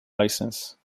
licence